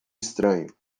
estranho